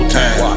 time